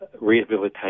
rehabilitation